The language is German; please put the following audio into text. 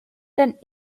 dann